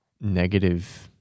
negative